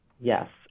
Yes